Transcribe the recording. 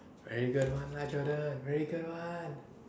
very good lah Jordan very good